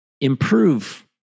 improve